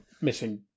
missing